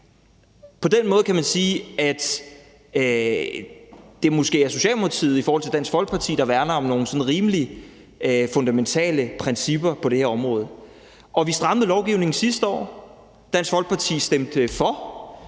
På den måde kan man sige, at det måske er Socialdemokratiet i forhold til Dansk Folkeparti, der værner om nogle sådan rimelig fundamentale principper på det område. Vi strammede lovgivningen sidste år. Dansk Folkeparti stemte for.